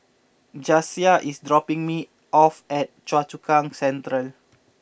Jasiah is dropping me off at Choa Chu Kang Central